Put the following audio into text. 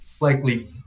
likely